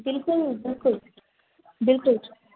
बिल्कुलु बिल्कुलु बिल्कुलु